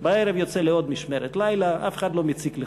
בערב יוצא לעוד משמרת לילה, אף אחד לא מציק לך.